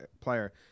player